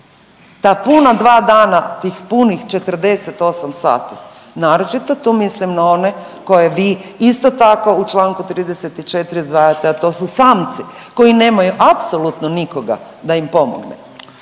Ta puna dva dana, tih punih 48 sati. Naročito tu mislim na one koje vi isto tako u članku 34. izdvajate a to su samci koji nemaju apsolutno nikoga da im pomogne.